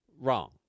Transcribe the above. wrong